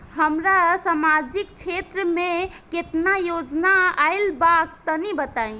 हमरा समाजिक क्षेत्र में केतना योजना आइल बा तनि बताईं?